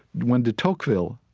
when de tocqueville,